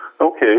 Okay